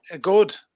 good